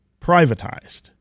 privatized